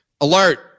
Alert